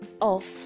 off